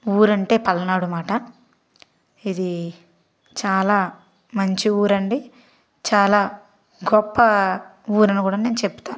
ఊరంటే పల్నాడు మాట ఇది చాలా మంచి ఊరండి చాలా గొప్ప ఊరని కూడా నేను చెప్తా